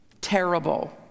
terrible